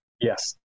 Yes